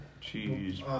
Cheese